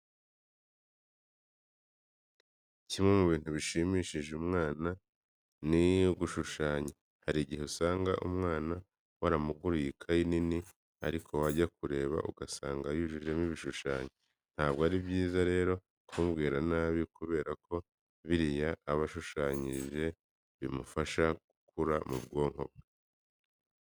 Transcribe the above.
Kimwe mu bintu bishimisha umwana ni ugushushanya. Hari igihe uzasanga umwana waramuguriye ikayi nini ariko wajya kureba ugasanga yayujujemo ibishushanyo. Ntabwo ari byiza rero kumubwira nabi kubera ko biriya aba yashushanyijemo bimufasha gukangura ubwonko bwe.